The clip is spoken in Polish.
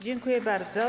Dziękuję bardzo.